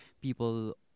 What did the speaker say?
people